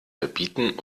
verbieten